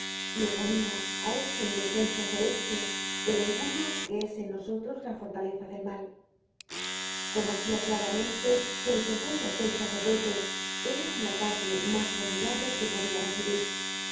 y oponia á esta indulgencia celeste el orgullo que es en nosotros la fortaleza del mal conocia claramente que el perdon de aquel sacerdote era el ataque mas formidable que podia recibir que